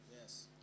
Yes